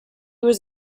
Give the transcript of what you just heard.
was